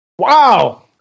Wow